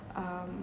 um